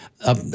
up